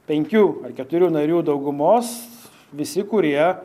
penkių keturių narių daugumos visi kurie